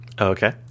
okay